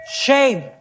Shame